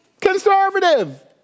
conservative